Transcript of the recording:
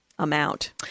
Amount